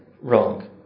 wrong